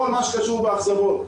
כל מה שקשור באכזבות,